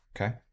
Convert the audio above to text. Okay